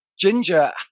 Ginger